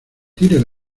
tire